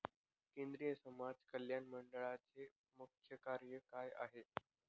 केंद्रिय समाज कल्याण मंडळाचे मुख्य कार्य काय आहे?